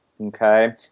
Okay